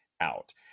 out